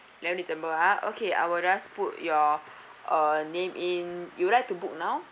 eleven december ah okay I will just put your uh name in you like to book now